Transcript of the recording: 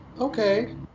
okay